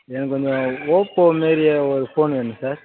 எனக்கு இந்த ஓப்போ மாரியே ஒரு ஃபோன் வேணும் சார்